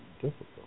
difficult